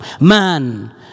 man